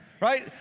right